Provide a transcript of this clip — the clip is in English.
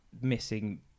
missing